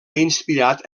inspirat